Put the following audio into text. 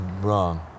wrong